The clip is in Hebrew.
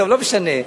לא משנה.